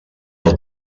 del